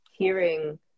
hearing